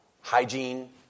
hygiene